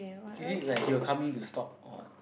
is it like you're coming to stop or what